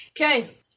Okay